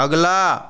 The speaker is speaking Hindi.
अगला